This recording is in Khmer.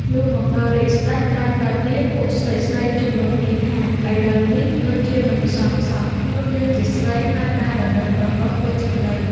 លុះមកដល់រាជ្យសេ្តច ក្រោយៗទៀត ពួកស្រីៗជំនុំគ្នាថា «ឥឡូវនេះដូចជាមិនសមសោះ ខ្លួនយើងជាស្រីហើយដើរដណ្តឹងប្រុសៗ ធ្វើជាប្តី